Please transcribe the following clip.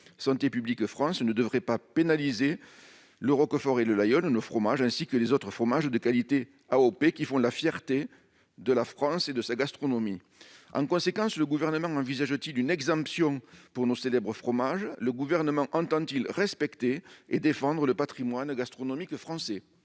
Santé publique France ne devrait pas pénaliser le roquefort et le laguiole, ainsi que les autres fromages à la qualité reconnue par une AOP, qui font la fierté de la France et de sa gastronomie. En conséquence, le Gouvernement envisage-t-il une exemption pour nos célèbres fromages ? Entend-il respecter et défendre le patrimoine gastronomique français ?